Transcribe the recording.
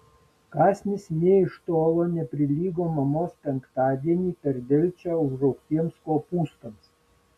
kąsnis nė iš tolo neprilygo mamos penktadienį per delčią užraugtiems kopūstams